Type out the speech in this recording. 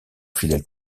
fidèle